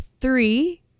three